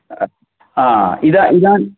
इद इदान्